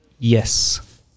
Yes